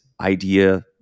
idea